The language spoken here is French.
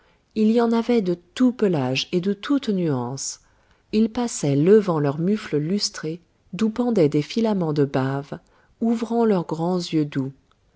il y en avait de tout pelage et de toute nuance ils passaient levant leurs mufles lustrés d'où pendaient des filaments de bave ouvrant leurs grands yeux doux